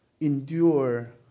endure